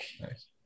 Nice